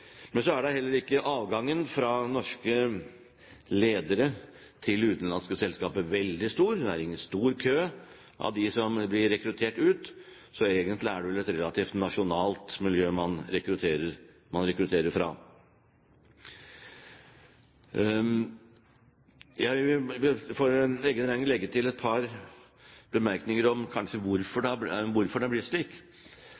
Men så er heller ikke avgangen av norske ledere til utenlandske selskaper veldig stor, det er ingen stor kø av dem som blir rekruttert ut. Egentlig er det vel et relativt nasjonalt miljø man rekrutterer fra. Jeg vil for egen regning legge til et par bemerkninger om hvorfor